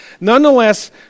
Nonetheless